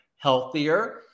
healthier